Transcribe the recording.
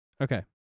Okay